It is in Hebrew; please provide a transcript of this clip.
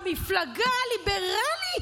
המפלגה הליברלית,